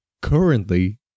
currently